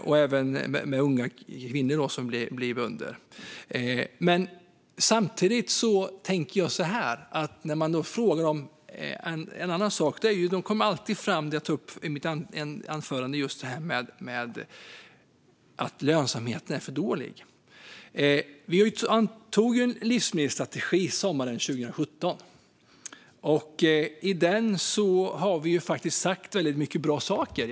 Det gäller även unga kvinnor som blir bönder. I mitt anförande tog jag upp att lönsamheten är för dålig. Vi antog ju en livsmedelsstrategi sommaren 2017, och i den sa vi faktiskt väldigt många bra saker.